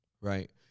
Right